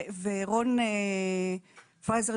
רון פרייזלר,